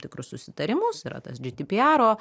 tikrus susitarimus yra tas gdpr o